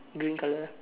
green colour